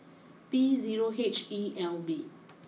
B zero H E L B